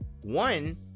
one